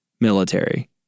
military